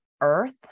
earth